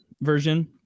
version